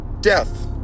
death